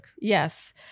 Yes